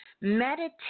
meditate